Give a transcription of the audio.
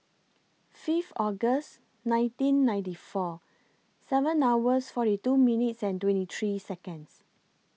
Fifth August nineteen ninety four seven hours forty two minutes and twenty three Seconds